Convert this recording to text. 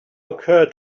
occur